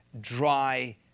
dry